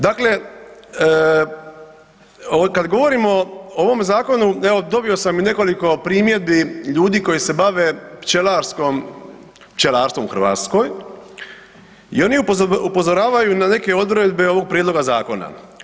Dakle, kad govorimo o ovom zakonu, evo, dobio sam i nekoliko primjedbi ljudi koji se bave pčelarskom, pčelarstvom u Hrvatskoj i oni upozoravaju na neke odredbe ovog prijedloga zakona.